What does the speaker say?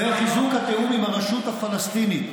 וחיזוק התיאום עם הרשות הפלסטינית,